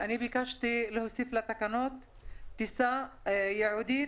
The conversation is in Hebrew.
אני ביקשתי להוסיף לתקנות טיסה ייעודית,